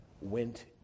went